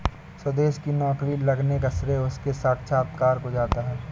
सुदेश की नौकरी लगने का श्रेय उसके साक्षात्कार को जाता है